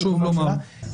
חשוב לומר.